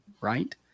right